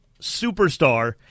superstar